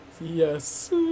Yes